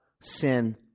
sin